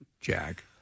Jack